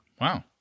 Wow